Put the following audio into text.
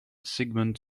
sigmund